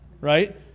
right